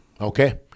Okay